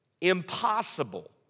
Impossible